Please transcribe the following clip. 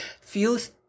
feels